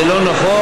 זה לא נכון.